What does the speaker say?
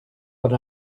but